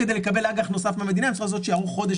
גם היום כדי לקבל אג"ח נוסף מהמדינה הן צריכות לעשות שערוך חודש